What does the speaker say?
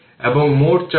এখানে c 1 micro farad